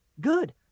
good